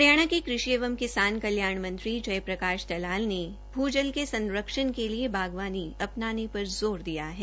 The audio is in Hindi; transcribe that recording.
हरियाणा के कृषि एवं किसान कल्याण मंत्री जय प्रकाश दलाल ने भू जल के संरक्षण के लिए बागवानी अपनाने पर जोर दिया है